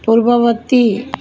ପୂର୍ବବର୍ତ୍ତୀ